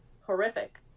horrific